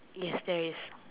yes there is